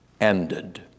ended